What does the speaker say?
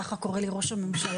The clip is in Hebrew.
ככה קורא לי ראש הממשלה,